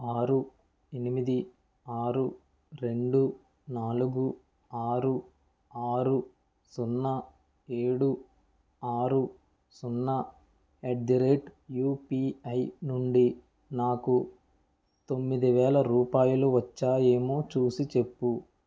ఆరు ఎనిమిది ఆరు రెండు నాలుగు ఆరు ఆరు సున్నా ఏడు ఆరు సున్నా ఎట్ ది రేట్ యూపీఐ నుండి నాకు తొమ్మిది వేలు రూపాయలు వచ్చాయేమో చూసిచెప్పు